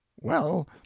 Well